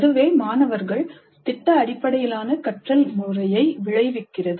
அதுவே மாணவர்கள் திட்ட அடிப்படையிலான கற்றல் முறையை விளைவிக்கிறது